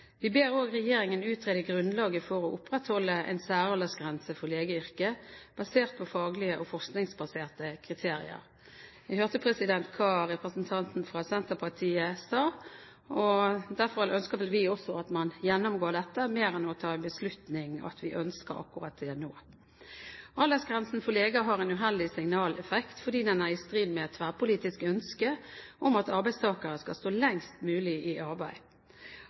Vi ber også regjeringen utrede grunnlaget for å opprettholde en særaldersgrense for legeyrket basert på faglige og forskningsbaserte kriterier. Vi hørte hva representanten fra Senterpartiet sa, og derfor ønsker vel også vi at man heller gjennomgår dette enn at man tar en beslutning om det nå. Aldersgrensen for leger har en uheldig signaleffekt fordi den er i strid med et tverrpolitisk ønske om at arbeidstakere skal stå lengst mulig i arbeid.